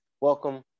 Welcome